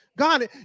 God